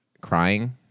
crying